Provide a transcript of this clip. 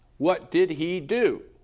what did he do?